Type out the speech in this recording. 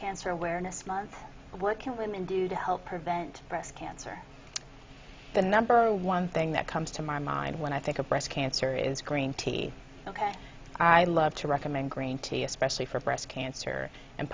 cancer awareness month what can women do to help prevent breast cancer the number one thing that comes to my mind when i think of breast cancer is green tea ok i love to recommend green tea especially for breast cancer and